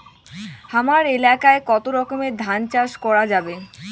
হামার এলাকায় কতো রকমের ধান চাষ করা যাবে?